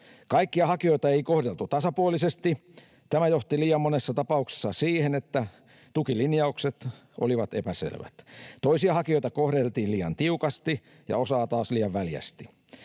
Kaikkia hakijoita ei kohdeltu tasapuolisesti. Tämä johti liian monessa tapauksessa siihen, että tukilinjaukset olivat epäselvät. Toisia hakijoita kohdeltiin liian tiukasti ja osaa taas liian väljästi.